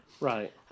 right